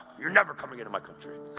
you're never coming into my country!